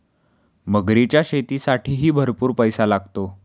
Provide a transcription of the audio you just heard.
मगरीच्या शेतीसाठीही भरपूर पैसा लागतो